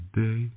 day